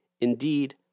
Indeed